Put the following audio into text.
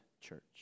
church